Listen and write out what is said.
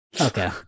okay